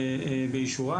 באישורם,